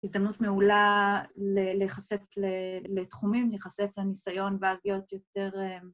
‫הזדמנות מעולה להיחשף לתחומים, ‫להיחשף לניסיון, ואז להיות יותר...